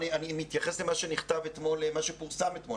אני מתייחס למה שפורסם אתמול.